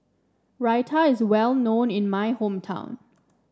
Raita is well known in my hometown